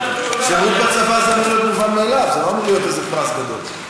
אני אביא לך את התעודה.